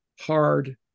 hard